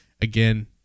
Again